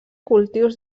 cultius